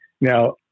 now